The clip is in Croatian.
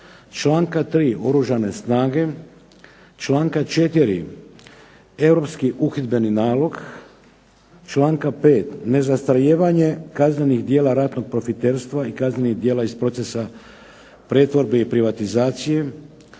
članka 3. Oružane snage, članka 4. Europski uhidbeni nalog, članka 5. nezastarijevanje kaznenih djela ratnog profiterstva i kaznenih djela iz procesa pretvorbe i privatizacije,